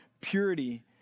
purity